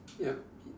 yup